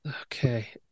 Okay